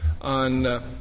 on